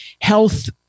health